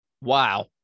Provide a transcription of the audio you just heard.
Wow